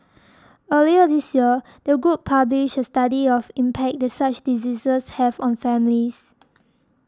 earlier this year the group published a study of impact that such diseases have on families